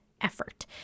effort